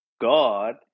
God